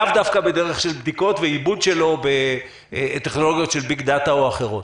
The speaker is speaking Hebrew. לאו דווקא בדרך של בדיקות ועיבוד שלו בטכנולוגיות של ביג-דאטה או אחרות.